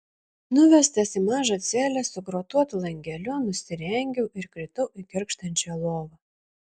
nuvestas į mažą celę su grotuotu langeliu nusirengiau ir kritau į girgždančią lovą